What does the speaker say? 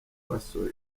faso